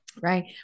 right